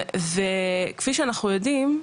כפי שאנחנו יודעים,